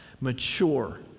mature